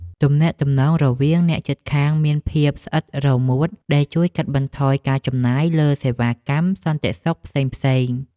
ទំនាក់ទំនងរវាងអ្នកជិតខាងមានភាពស្អិតរមួតដែលជួយកាត់បន្ថយការចំណាយលើសេវាកម្មសន្តិសុខផ្សេងៗ។